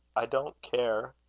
i don't care,